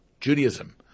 Judaism